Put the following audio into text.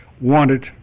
wanted